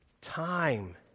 time